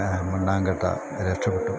മണ്ണാങ്കട്ട രക്ഷപ്പെട്ടു